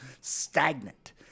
stagnant